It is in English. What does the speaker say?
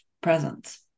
presence